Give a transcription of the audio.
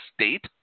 State